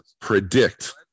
predict